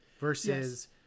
Versus